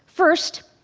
first,